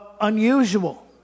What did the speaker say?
unusual